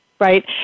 Right